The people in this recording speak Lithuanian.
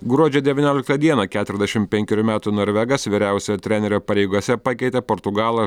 gruodžio devynioliktą dieną keturiasdešim penkerių metų norvegas vyriausiojo trenerio pareigose pakeitė portugalą